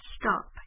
stop